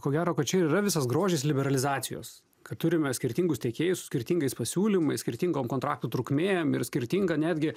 ko gero kad čia yra visas grožis liberalizacijos kad turime skirtingus tiekėjus su skirtingais pasiūlymais skirtingom kontraktų trukmėm ir skirtinga netgi